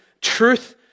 Truth